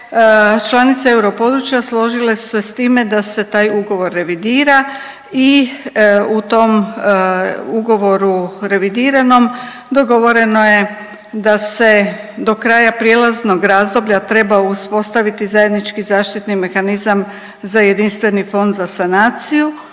članice europodručja složile su se s time da se taj ugovor revidira i u tom ugovoru revidiranom dogovoreno je da se do kraja prijelaznog razdoblja treba uspostaviti zajednički zaštitni mehanizam za jedinstveni fond za sanaciju,